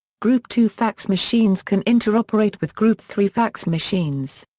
group two fax machines can interoperate with group three fax machines.